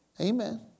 Amen